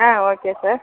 ah okay sir